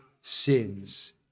sins